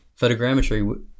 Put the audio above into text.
photogrammetry